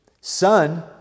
Son